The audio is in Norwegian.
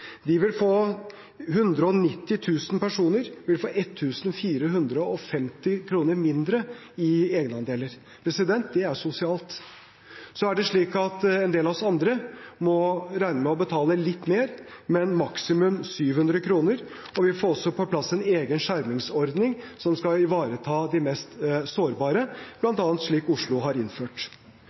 personer vil få 1 450 kr mindre i egenandeler. Det er sosialt. Så er det slik at en del av oss andre må regne med å betale litt mer, men maksimum 700 kr. Vi vil også få på plass en egen skjermingsordning som skal ivareta de mest sårbare, bl.a. slik Oslo har innført.